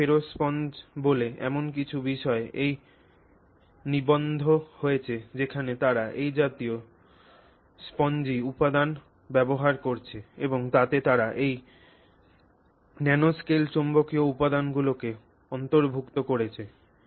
nano ferro sponge বলে এমন কিছু বিষয়ে এই নিবন্ধ রয়েছে যেখানে তারা এই জাতীয় স্পঞ্জি উপাদান ব্যবহার করেছে এবং তাতে তারা এই ন্যানোস্কেলড চৌম্বকীয় উপাদানগুলিকে অন্তর্ভুক্ত করেছে